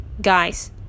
guys